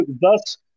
Thus